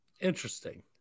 Interesting